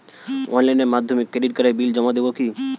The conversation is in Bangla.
অনলাইনের মাধ্যমে ক্রেডিট কার্ডের বিল জমা দেবো কি?